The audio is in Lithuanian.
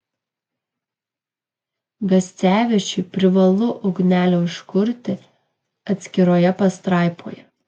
gascevičiui privalu ugnelę užkurti atskiroje pastraipoje